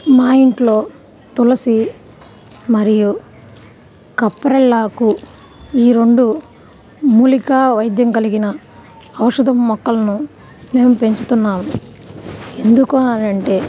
మా ఇంట్లో తులసి మరియు కప్రెల్లాకు ఈ రెండు మూలికా వైద్యం కలిగిన ఔషధపు మొక్కలను మేం పెంచుతున్నాము ఎందుకు అని అంటే